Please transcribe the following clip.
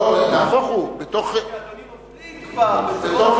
נהפוך הוא, כי אדוני מפליג כבר בתיאור.